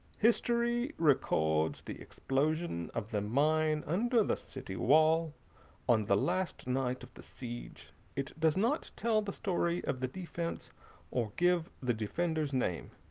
history records the explosion of the mine under the city wall on the last night of the siege it does not tell the story of the defense or give the defender's name.